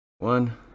One